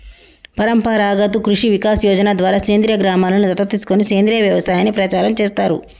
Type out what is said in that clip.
పరంపరాగత్ కృషి వికాస్ యోజన ద్వారా సేంద్రీయ గ్రామలను దత్తత తీసుకొని సేంద్రీయ వ్యవసాయాన్ని ప్రచారం చేస్తారు